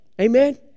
amen